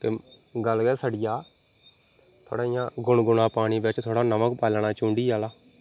कि गल्ल गै सड़ी थोड़ा इयां गुनगुना पानी बिच्च थोह्ड़ा नमक पाना चुंडी आला